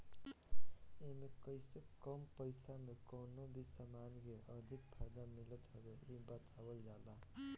एमे कइसे कम पईसा में कवनो भी समान के अधिक फायदा मिलत हवे इ बतावल जाला